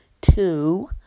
two